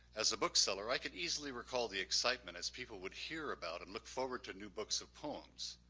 as a book seller, i could easily recall the excitement as people would hear about and look forward to new books of poems.